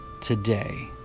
Today